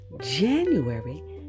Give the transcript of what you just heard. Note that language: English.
January